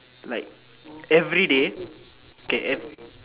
like everyday okay ev~